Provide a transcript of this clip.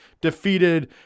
defeated